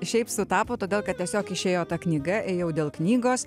šiaip sutapo todėl kad tiesiog išėjo ta knyga ėjau dėl knygos